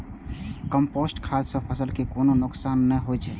compost खाद सं फसल कें कोनो नुकसान नै होइ छै